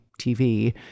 TV